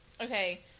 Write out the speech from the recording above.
Okay